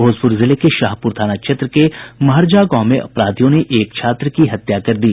भोजपुर जिले के शाहपुर थाना क्षेत्र के महरजा गांव में अपराधियों ने एक छात्र की हत्या कर दी